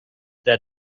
that